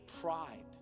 pride